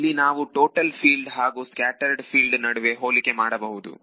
ಇಲ್ಲಿ ನಾವು total field ಹಾಗೂ ಸ್ಕ್ಯಾಟರೆಡ್ ಫೀಲ್ಡ್ ನಡುವೆ ಹೋಲಿಕೆ ಮಾಡಬಹುದು